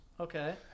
Okay